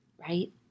right